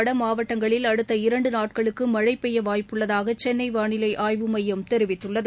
வடமாவட்டங்களில் அடுத்த இரண்டுநாட்களுக்குமழைபெய்யவாய்ப்புள்ளதாகசென்னைவானிலைஆய்வு மையம் தெரிவித்துள்ளது